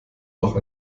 noch